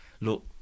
Look